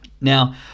Now